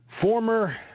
Former